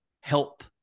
help